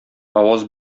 аваз